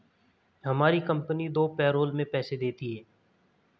हमारी कंपनी दो पैरोल में पैसे देती है